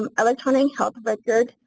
um electronic health record,